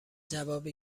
جوابی